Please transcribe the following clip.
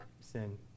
sin